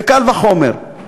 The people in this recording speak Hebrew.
קל וחומר.